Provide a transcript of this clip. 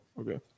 Okay